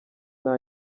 nta